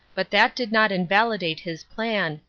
but that did not invalidate his plan,